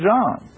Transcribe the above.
John